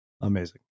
Amazing